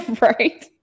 Right